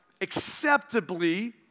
acceptably